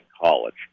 college